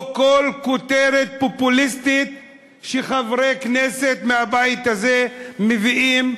או כל כותרת פופוליסטית שחברי כנסת מהבית הזה מביאים,